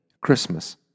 Christmas